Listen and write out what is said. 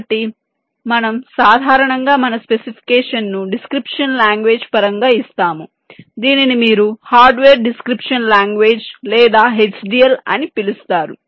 కాబట్టి మనము సాధారణంగా మన స్పెసిఫికేషన్ను డిస్క్రిప్షన్ లాంగ్వేజ్ పరంగా ఇస్తాము దీనిని మీరు హార్డ్వేర్ డిస్క్రిప్షన్ లాంగ్వేజ్ లేదా HDL అని పిలుస్తారు